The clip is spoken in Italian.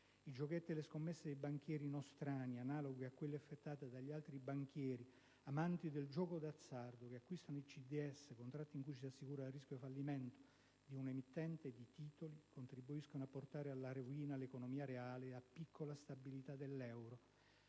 I giochetti e le scommesse dei banchieri nostrani, analoghi a quelli effettuati dagli altri banchieri amanti del gioco d'azzardo che acquistano i CDS, contratti con cui ci si assicura dal rischio fallimento di un'emittente di titoli, contribuiscono a portare alla rovina l'economia reale ed a picco la stabilità dell'euro;